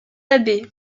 abbés